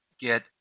get